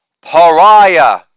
pariah